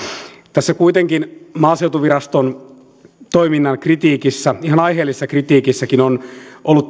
tässä kuitenkin maaseutuviraston toiminnan kritiikissä ihan aiheellisessakin kritiikissä on ollut